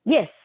Yes